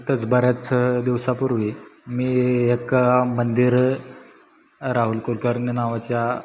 नुकतंच बऱ्याच दिवसापूर्वी मी एक मंदिर राहुल कुलकर्णी नावाच्या